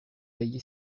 degli